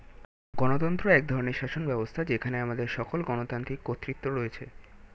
গণতন্ত্র এক ধরনের শাসনব্যবস্থা যেখানে আমাদের সকল গণতান্ত্রিক কর্তৃত্ব রয়েছে